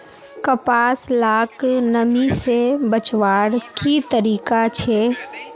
कपास लाक नमी से बचवार की तरीका छे?